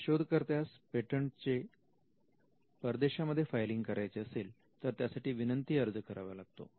जर शोध कर्त्यास परदेशांमध्ये पेटंटचे फायलिंग करायचे असेल तर त्यासाठी विनंती अर्ज करावा लागतो